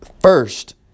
first